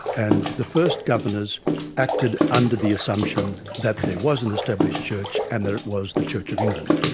and the first governors acted under the assumption that there was an established church and that it was the church of england.